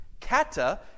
Kata